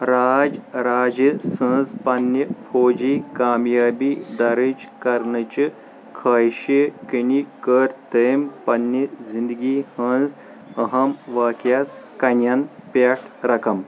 راج راجہٟ سٕنٛز پننہِ فوجی کامیٲبی دَرٟج کرنٕچہِ خٲہشہِ كِنہِ کٔر تٔمۍ پننہِ زندگی ہٟنٛز اہَم وٲقعیات کٔنیٚن پیٚٹھ رَقم